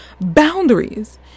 boundaries